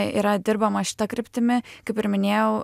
yra dirbama šita kryptimi kaip ir minėjau